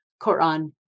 Quran